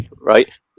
Right